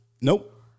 Nope